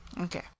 okay